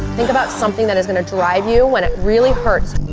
think about something that is gonna drive you and it really hurts,